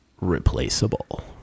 replaceable